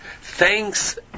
thanks